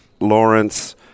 Lawrence